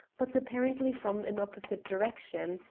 but apparently from an opposite direction.